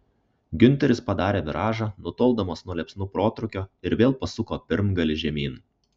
giunteris padarė viražą nutoldamas nuo liepsnų protrūkio ir vėl pasuko pirmgalį žemyn